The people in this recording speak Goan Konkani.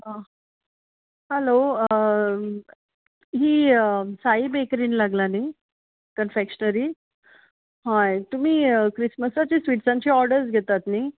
हॅलो ही साई बॅकरीन लागला न्हय कन्फॅक्शनरी हय तुमी क्रिसमसाच्या स्विट्सांची ऑर्डर घेतात न्हय